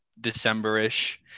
December-ish